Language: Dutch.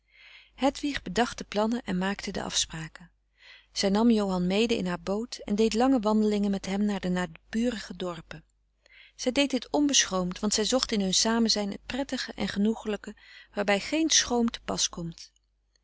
hedwig bedacht de plannen en maakte de afspraken zij nam johan mede in haar boot en deed lange wandelingen met hem naar de naburige dorpen zij deed dit onbeschroomd want zij zocht in hun samenzijn het prettige en genoegelijke waarbij geen schroom te pas komt